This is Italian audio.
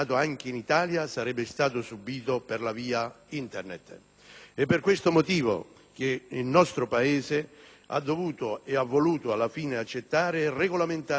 che il nostro Paese ha dovuto e ha voluto alla fine accettare e regolamentare questo importante settore, che determina un comparto notevole delle entrate dello Stato.